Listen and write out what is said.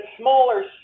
smaller